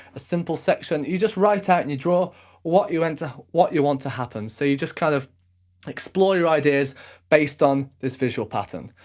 a simple section, you just write out and you draw what you and what you want to happen. so you just kind of explore your ideas based on this visual pattern.